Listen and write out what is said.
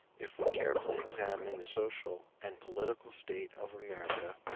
if we carefully examine the social and political state of america,